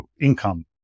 income